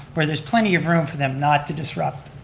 where there's plenty of room for them not to disrupt,